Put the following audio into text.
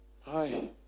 Hi